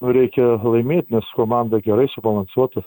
reikia laimėt nes komanda gerai subalansuota